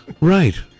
Right